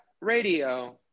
radio